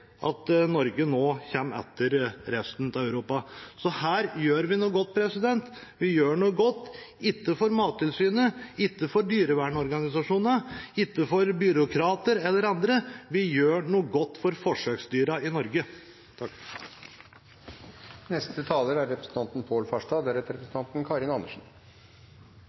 at Norge nå kommer etter resten av Europa. Så her gjør vi noe godt, ikke for Mattilsynet, ikke for dyrevernorganisasjonene, ikke for byråkrater eller andre; vi gjør noe godt for forsøksdyra i Norge. Venstre er